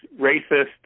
racist